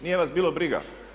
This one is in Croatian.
Nije vas bilo briga.